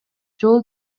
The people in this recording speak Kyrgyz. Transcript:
жол